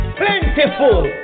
plentiful